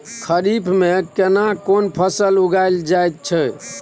खरीफ में केना कोन फसल उगायल जायत छै?